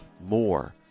more